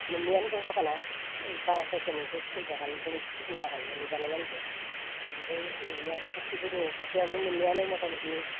मोननैआनो दं बागाना जायखिजाया मोनसे सुल बागान आमफ्राय मोनसे सिगुन बागान मोननै बानायना दोनदो ओमफ्राय ओरैनो आरो फुख्रिबो दं फुख्रियाबो मोननैयानो मथा मथि